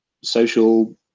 social